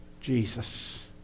Jesus